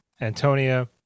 Antonia